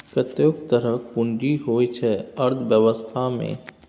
कतेको तरहक पुंजी होइ छै अर्थबेबस्था मे